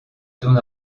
don